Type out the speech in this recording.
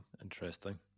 interesting